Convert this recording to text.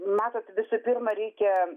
matot visų pirma reikia